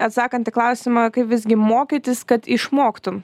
atsakant į klausimą kaip visgi mokytis kad išmoktum